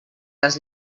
les